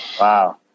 Wow